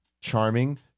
charming